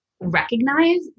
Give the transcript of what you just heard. recognize